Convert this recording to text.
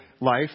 life